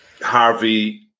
Harvey